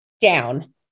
down